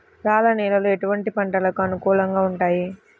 రాళ్ల నేలలు ఎటువంటి పంటలకు అనుకూలంగా ఉంటాయి?